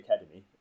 Academy